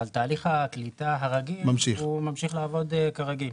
אבל תהליך הקליטה הרגיל הוא ממשיך לעבוד כרגיל.